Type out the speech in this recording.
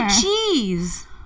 cheese